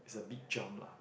is a big jump lah